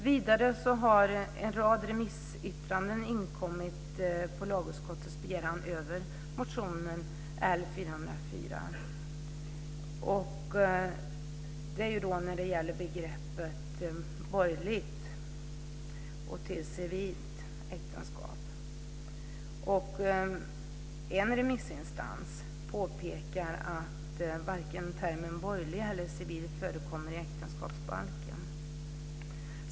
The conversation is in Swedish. Vidare har en rad remissyttranden över motionen L404 inkommit på lagutskottets begäran när det gäller att ändra begreppet borgerligt äktenskap till civilt äktenskap. En remissinstans påpekar att varken termen borgerlig eller termen civil förekommer i äktenskapsbalken.